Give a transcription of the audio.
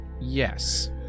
Yes